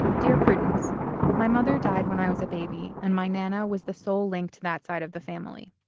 dear prudence my mother died when i was a baby and my nana was the sole link to that side of the family.